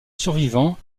survivant